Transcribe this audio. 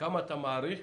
מעריכים